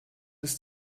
des